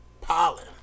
pollen